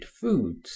foods